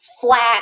flat